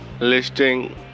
Listing